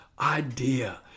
idea